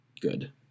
good